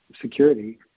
security